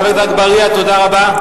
חבר הכנסת אגבאריה, תודה רבה.